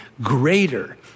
greater